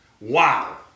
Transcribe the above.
wow